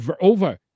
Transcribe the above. over